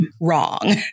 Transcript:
wrong